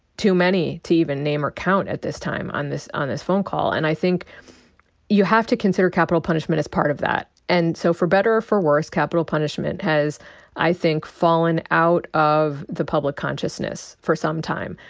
too many to even name or count at this time on this on this phone call. and i think you have to consider capital punishment as part of that. and so for better or for worse, capital punishment has i think fallen out of the public consciousness for some time.